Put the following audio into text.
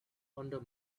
under